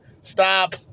stop